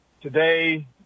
Today